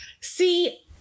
See